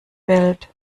welt